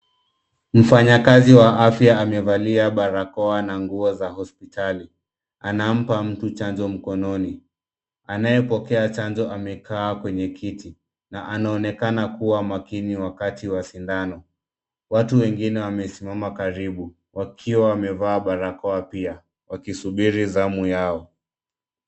Mfanyakazi wa afya amevalia barakoa na nguo za hospitali. Anampa mtu chanjo mkononi. Anayepokea chanjo amekaa kwenye kiti na anaonekana kuwa makini wakati wa sindano. Watu wengine wamesimama karibu wakiwa wamevaa barakoa pia wakisubiri zamu yao.